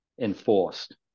enforced